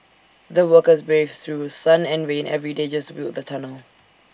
the workers braved through sun and rain every day just to build the tunnel